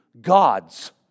God's